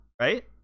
Right